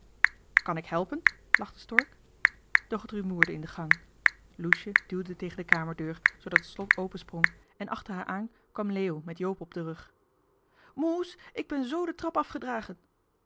kan ik hèlpen lachte stork doch t rumoerde in de gang loesje duwde tegen de kamerdeur zoodat het slot opensprong en achter haar aan kwam leo met joop op den rug moes ik ben z de trap afgedragen